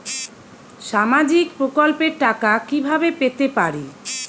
সামাজিক প্রকল্পের টাকা কিভাবে পেতে পারি?